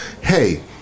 hey